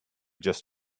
just